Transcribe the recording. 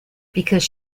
because